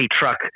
truck